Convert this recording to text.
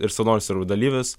ir savanorius ir dalyvius